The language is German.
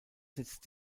setzt